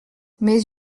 mais